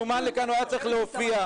היה צריך להופיע..